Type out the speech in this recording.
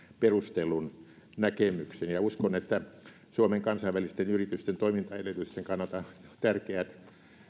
perustellun näkemyksen ja uskon että suomen kansainvälisten yritysten toimintaedellytysten kannalta tärkeät